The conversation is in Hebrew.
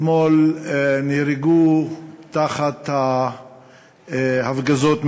נהרגו אתמול תחת ההפגזות מהאוויר,